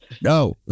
No